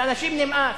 לאנשים נמאס,